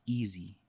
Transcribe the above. easy